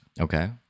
Okay